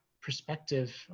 perspective